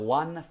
one